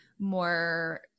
more